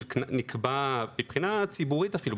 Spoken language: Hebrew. מבחינה ציבורית אפילו,